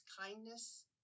kindness